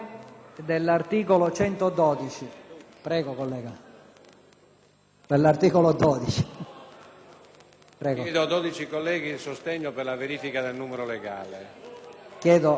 chiedo a dodici colleghi il sostegno per la verifica del numero legale.